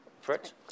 Fritz